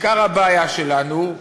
עיקר הבעיה שלנו,